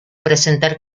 presentar